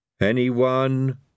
Anyone